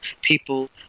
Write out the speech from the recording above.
people